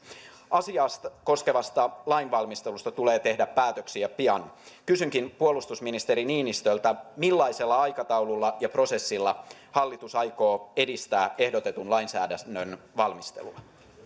asiaa koskevasta lainvalmistelusta tulee tehdä päätöksiä pian kysynkin puolustusministeri niinistöltä millaisella aikataululla ja prosessilla hallitus aikoo edistää ehdotetun lainsäädännön valmistelua